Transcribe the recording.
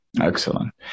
Excellent